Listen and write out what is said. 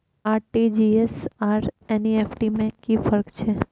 RTG S आर NEFT में कि फर्क छै?